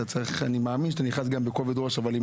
אני מאמין שאתה נכנס בכובד ראש אבל עם